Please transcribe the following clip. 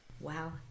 wow